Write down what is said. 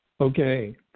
Okay